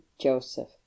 Joseph